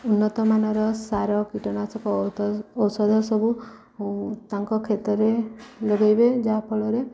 ଉନ୍ନତମାନର ସାର କୀଟନାଶକ ଔଷଧ ସବୁ ତାଙ୍କ କ୍ଷେତରେ ଲଗେଇବେ ଯାହାଫଳରେ